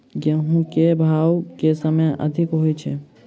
गेंहूँ केँ भाउ केँ समय मे अधिक होइ छै?